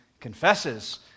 confesses